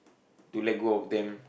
to let go of them